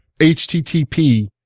HTTP